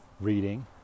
reading